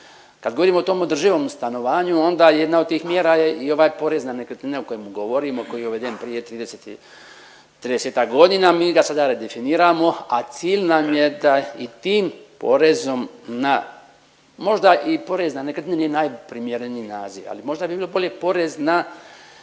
Kad govorimo o tom održivom stanovanju, onda je jedna od tih mjera je i ovaj porez na nekretnine o kojem govorimo, koji je uveden prije 30 i, 30-ak godina, mi ga sada redefiniramo, a cilj nam je da i tim porezom na, možda i porez na nekretnine je najprimjereniji naziv, ali možda bi bilo bolje porez na